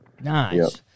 Nice